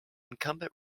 incumbent